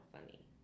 funny